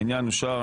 העניין אושר,